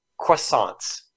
croissants